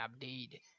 update